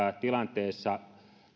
tilanteessa